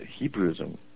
Hebrewism